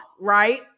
right